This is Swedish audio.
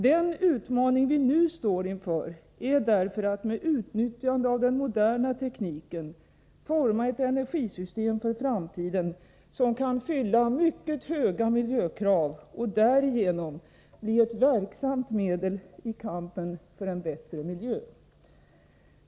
Den utmaning vi nu står inför är därför att med utnyttjande av den moderna tekniken forma ett energisystem för framtiden som kan fylla mycket höga miljökrav och därigenom bli ett verksamt medel i kampen för en bättre miljö.